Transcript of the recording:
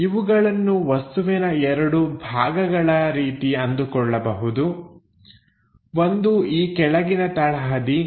ಇವುಗಳನ್ನು ವಸ್ತುವಿನ ಎರಡು ಭಾಗಗಳ ರೀತಿ ಅಂದುಕೊಳ್ಳಬಹುದು ಒಂದು ಈ ಕೆಳಗಿನ ತಳಹದಿ